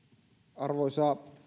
arvoisa